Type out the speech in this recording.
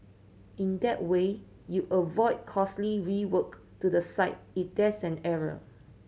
in that way you avoid costly rework to the site it there's an error